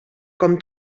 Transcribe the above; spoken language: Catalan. com